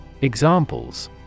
Examples